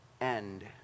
end